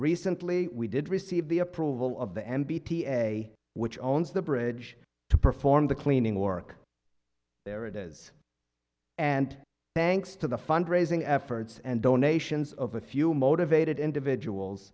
recently we did receive the approval of the m b t a which owns the bridge to perform the cleaning work there it is and thanks to the fundraising efforts and donations of a few motivated individuals